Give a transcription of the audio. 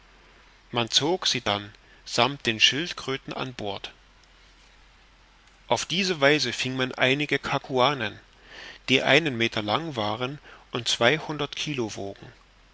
man zog sie dann sammt den schildkröten an bord auf diese weise fing man einige cacuanen die einen meter lang waren und zweihundert kilo